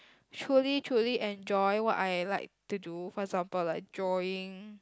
truly truly enjoy what I like to do for example like drawing